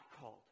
called